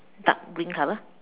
dark green color